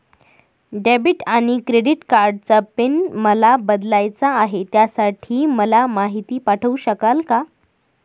Debit आणि credit कार्डचा PIN मला बदलायचा आहे, त्यासाठी मला माहिती पाठवू शकाल का?